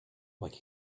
like